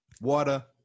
water